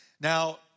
Now